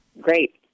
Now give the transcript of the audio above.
Great